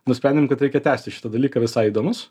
nusprendėm kad reikia tęsti šitą dalykąyra visai įdomus